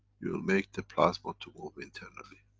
you'll make the plasma to move internally.